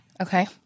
okay